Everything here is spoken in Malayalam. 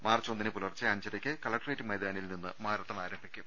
മാർച്ച് ഒന്നിന് പുലർച്ചെ അഞ്ചരക്ക് കലക്ട്രേറ്റ് മൈതാനിയിൽ നിന്ന് മാരത്തൺ ആരംഭിക്കും